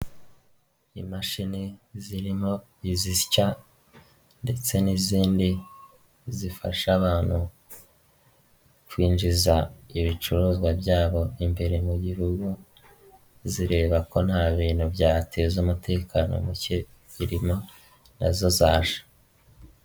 Imashini zirimo izisya ndetse n'izindi zifasha abantu kwinjiza ibicuruzwa byabo imbere mu gihugu, zireba ko nta bintu byateza umutekano muke birimo, nazo zaje.